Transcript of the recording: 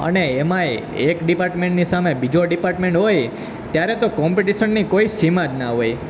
અને એમાંય એક ડિપાર્ટમેન્ટની સામે બીજો ડિપાર્ટમેન્ટ હોય ત્યારે તો કોમ્પિટિશનની કોઈ સીમા જ ન હોય